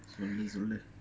சொல்லுசொல்லு:sollu sollu